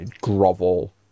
grovel